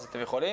אם אתם רוצים.